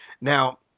Now